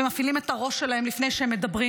ומפעילים את הראש שלהם לפני שהם מדברים.